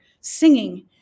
singing